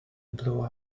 blow